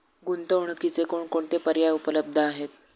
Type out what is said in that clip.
गुंतवणुकीचे कोणकोणते पर्याय उपलब्ध आहेत?